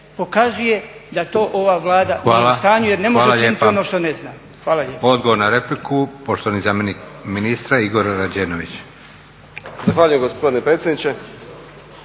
pokazuje da to ova Vlada nije u stanju jer ne može učiniti ono što ne zna. Hvala lijepa.